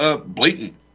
blatant